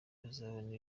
bazabona